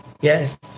yes